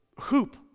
hoop